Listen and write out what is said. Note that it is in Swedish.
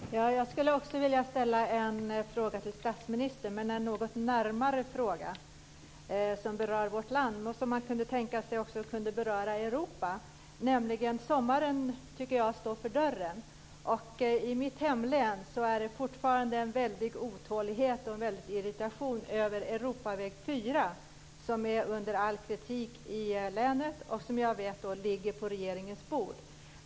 Herr talman! Jag skulle också vilja ställa en fråga till statsministern. Det är en något närmare fråga som berör vårt land, men som man kunde tänka sig också berör Europa. Sommaren står för dörren. I mitt hemlän är det fortfarande en väldig otålighet och en irritation över Europaväg 4, som är under all kritik i länet. Jag vet att ärendet ligger på regeringens bord.